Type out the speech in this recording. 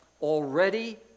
already